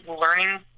learning